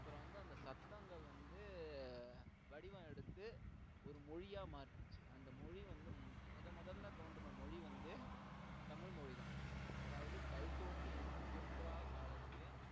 அப்புறம் வந்து அந்த சத்தங்கிறது வந்து வடிவம் எடுத்து ஒரு மொழியாக மாறுச்சு அந்த மொழி வந்து முதல் முதலில் தோன்றின மொழி வந்து தமிழ் மொழி தான் அதாவது கல் தோன்றி மண் தோன்றா காலத்தே